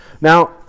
Now